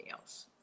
else